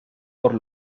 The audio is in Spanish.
por